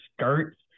skirts